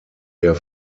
der